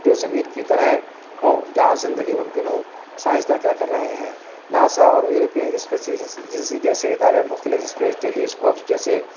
جو زمین کی طرح ہوں جہاں زندگی ممکن ہو سائنسداں کیا کر رہے ہیں ناسا اور یوروپین اسپیسی جیسے ادارے مختلف اسپیس ٹیلیسکوپس جیسے